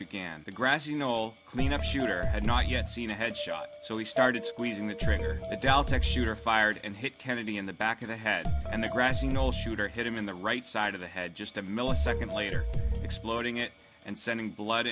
began the grassy knoll cleanup shooter had not yet seen a head shot so he started squeezing the trigger the deltec shooter fired and hit kennedy in the back of the head and the grassy knoll shooter hit him in the right side of the head just a millisecond later exploding it and sending blood